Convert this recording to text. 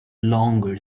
longer